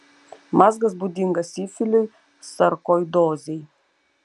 mazgas būdingas sifiliui sarkoidozei